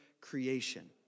creation